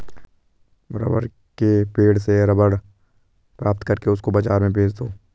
rubber के पेड़ से रबर प्राप्त करके उसको बाजार में बेच दो